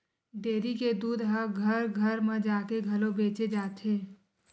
dairy के दूद ह घर घर म जाके घलो बेचे जाथे